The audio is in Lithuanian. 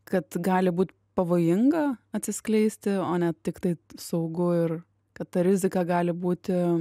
kad gali būt pavojinga atsiskleisti o ne tiktai saugu ir kad ta rizika gali būti